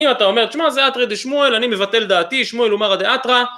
אם אתה אומר, תשמע זה אתרא דשמואל, אני מבטל דעתי, שמואל הוא מרא דאתרא.